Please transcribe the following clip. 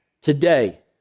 today